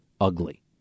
ugly